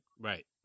Right